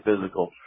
physical